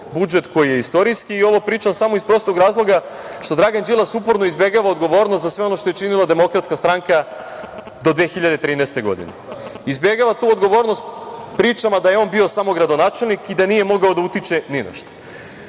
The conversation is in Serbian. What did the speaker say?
budžet koji je istorijski i ovo pričam samo iz prostog razloga što Dragan Đilas uporno izbegava odgovornost za sve ono što je činila DS do 2013. godine. Izbegava tu odgovornost pričama da je on bio samo gradonačelnik i da nije mogao da utiče ni na šta.